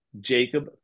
Jacob